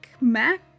Mac